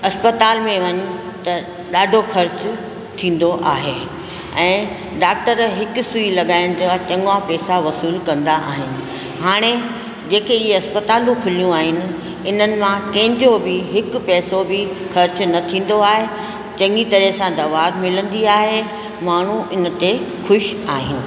अस्पताल में वञु त ॾाढो ख़र्चु थींदो आहे ऐं डॉक्टर हिकु सुई लॻाइण जा चङा पैसा वसूल कंदा आहिनि हाणे जेके ईअं अस्पतालूं खुलियूं आहिनि इन्हनि मां कंहिंजो बि हिकु पैसो बि ख़र्चु न थींदो आहे चङी तरह सां दवा बि मिलंदी आहे माण्हू इन ते ख़ुशि आहिनि